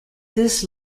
this